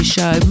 Show